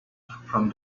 from